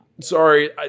Sorry